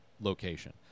location